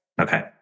Okay